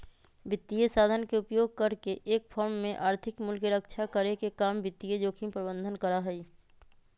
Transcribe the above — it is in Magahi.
वित्तीय साधन के उपयोग करके एक फर्म में आर्थिक मूल्य के रक्षा करे के काम वित्तीय जोखिम प्रबंधन करा हई